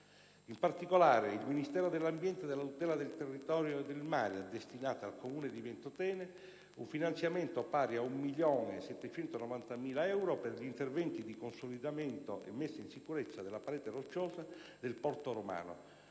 In particolare, il Ministero dell'ambiente e della tutela del territorio e del mare ha destinato al Comune di Ventotene un finanziamento pari a 1,79 milioni di euro per gli interventi di consolidamento e messa in sicurezza della parete rocciosa del Porto romano.